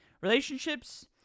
relationships